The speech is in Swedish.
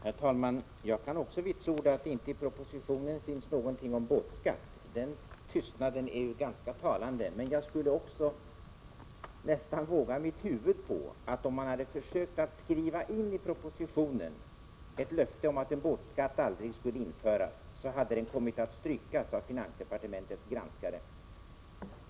Herr talman! Jag kan också vitsorda att det inte i propositionen finns något om båtskatt. Den tystnaden är ju ganska talande. Men jag skulle nästan våga mitt huvud på att om man i propositionen hade försökt skriva in ett löfte om att en båtskatt aldrig skulle införas, så hade det kommit att strykas av finansdepartementets granskare.